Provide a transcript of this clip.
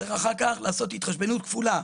צריך אחר כך לעשות התחשבנות כפולה.